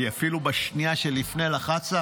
כי אפילו בשנייה שלפני לחצת,